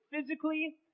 physically